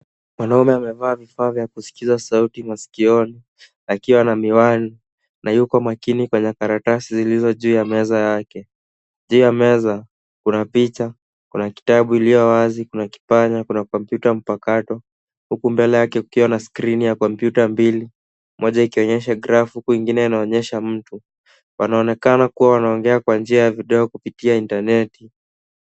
Mwanaume amevaa vifaa vya kusikiza sauti masikioni, akiwa na miwani na yuko makini kwenye karatasi zilizo juu ya meza yake. Juu ya mez kuna picha, kuna kitabu iliyo wazi, kuna kipanya, kuna kompyuta mpakato, huku mbele yake kukiwa na skrini ya kompyuta mbili - moja ikionyesha grafu huku ingine inaonyesha mtu. Wanaonekana kuwa wanaongea kwa njia ya video kupitia intaneti.